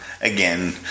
again